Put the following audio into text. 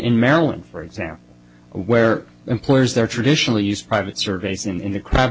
in maryland for example where employers there traditionally used private surveys in the cr